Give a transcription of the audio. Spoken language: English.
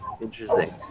Interesting